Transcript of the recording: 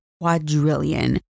quadrillion